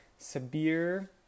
sabir